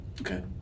Okay